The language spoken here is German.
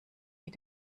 wie